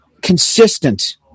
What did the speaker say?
consistent